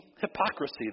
hypocrisy